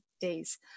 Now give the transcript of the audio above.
days